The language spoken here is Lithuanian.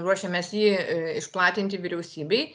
ruošiamės jį išplatinti vyriausybei